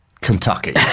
Kentucky